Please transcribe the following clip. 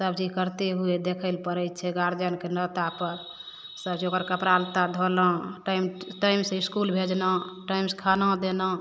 सब चीज करते हुवए देखय लए पड़य छै गार्जियनके नौता पर सब चीज ओकर कपड़ा लत्ता धोलहुँ टाइम टाइमसँ इसकुल भेजलहुँ टाइमसँ खाना देना